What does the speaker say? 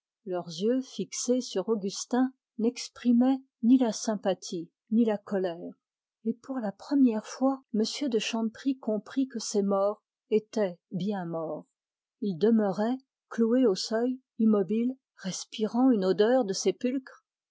leurs yeux fixés sur augustin n'exprimaient ni la sympathie ni la colère et pour la première fois il comprit que ces morts étaient bien morts il demeurait cloué au seuil respirant une odeur de sépulcre